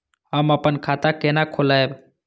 हम अपन खाता केना खोलैब?